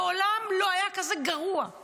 מעולם לא היה כזה גרוע.